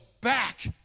back